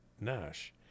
Nash